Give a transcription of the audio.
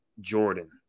Jordan